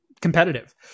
competitive